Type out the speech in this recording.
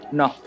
no